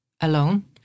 alone